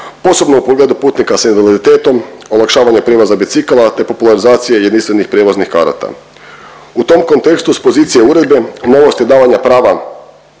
posebno u pogledu putnika s invaliditetom, olakšavanja prijevoza bicikala te popularizacije jedinstvenih prijevoznih karata. U tom kontekstu s pozicije uredbe novost je davanje prava